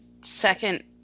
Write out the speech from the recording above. second